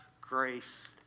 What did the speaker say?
grace